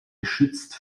geschützt